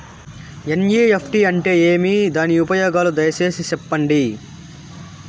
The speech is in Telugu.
ఎన్.ఇ.ఎఫ్.టి అంటే ఏమి? దాని ఉపయోగాలు దయసేసి సెప్పండి?